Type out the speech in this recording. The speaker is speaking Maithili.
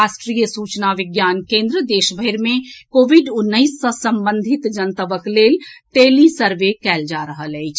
राष्ट्रीय सूचना विज्ञान केन्द्र द्वारा देशभरि मे कोविड उन्नैस सँ संबंधित जनतबक लेल टेली सर्वे कएल जा रहल अछि